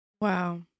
Wow